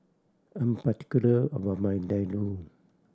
I'm particular about my Ladoo